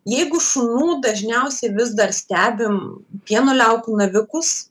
jeigu šunų dažniausiai vis dar stebim pieno liaukų navikus